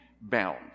bound